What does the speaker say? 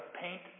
paint